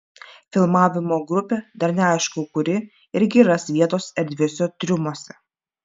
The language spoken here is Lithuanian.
filmavimo grupė dar neaišku kuri irgi ras vietos erdviuose triumuose